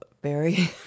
barry